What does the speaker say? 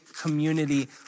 community